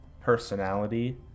personality